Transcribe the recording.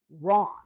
wrong